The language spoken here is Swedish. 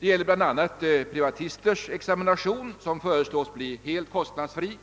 Det gäller bl.a. privatisters examination, som föreslås bli helt kostnadsfri,